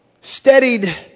steadied